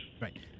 Right